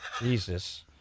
jesus